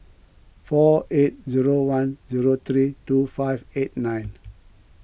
four eight zero one zero three two five eight nine